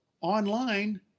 online